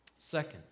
Second